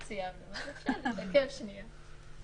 באמצעות מכשיר טכנולוגי